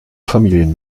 familien